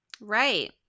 right